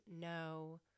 no